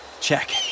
Check